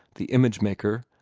the image-maker,